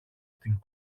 στην